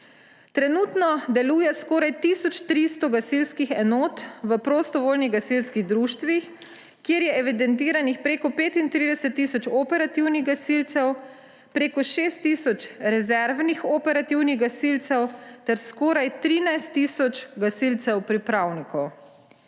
Trenutno deluje skoraj tisoč 300 gasilskih enot v prostovoljnih gasilskih društvih, kjer je evidentiranih preko 35 tisoč operativnih gasilcev, preko 6 tisoč rezervnih operativnih gasilcev ter skoraj 13 tisoč gasilcev pripravnikov.